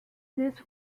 this